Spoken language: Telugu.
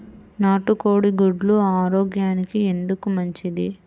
నాటు కోడి గుడ్లు ఆరోగ్యానికి ఎందుకు మంచిది?